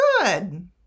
good